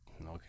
okay